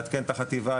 לעדכן את החטיבה,